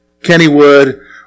Kennywood